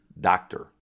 doctor